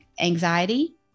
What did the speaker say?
anxiety